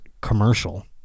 commercial